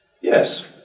Yes